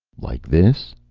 like this?